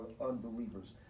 unbelievers